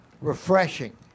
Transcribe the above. refreshing